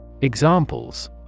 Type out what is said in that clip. Examples